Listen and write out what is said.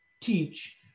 teach